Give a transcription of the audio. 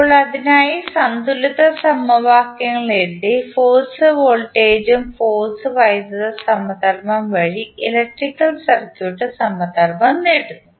ഇപ്പോൾ അതിനായി സന്തുലിത സമവാക്യങ്ങൾ എഴുതി ഫോഴ്സ് വോൾട്ടേജ് ഉം ഫോഴ്സ് വൈദ്യുത സമധർമ്മം വഴി ഇലക്ട്രിക്കൽ സർക്യൂട്ട് സമധർമ്മം നേടുന്നു